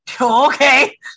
Okay